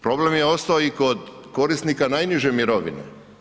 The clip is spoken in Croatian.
Problem je ostao i kod korisnika najniže mirovine.